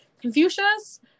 Confucius